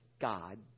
God